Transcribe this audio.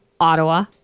Ottawa